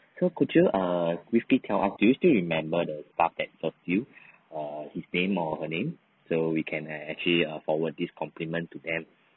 so could you err briefly tell us do you still remember the staff that served you err his name or her name so we can actually err forward this compliment to them